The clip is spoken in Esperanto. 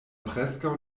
preskaŭ